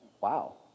wow